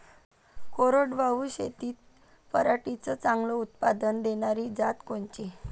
कोरडवाहू शेतीत पराटीचं चांगलं उत्पादन देनारी जात कोनची?